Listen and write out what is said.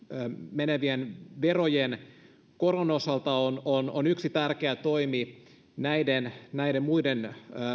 menevien verojen koron osalta on on yksi tärkeä toimi näiden näiden muiden